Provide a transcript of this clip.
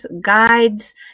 guides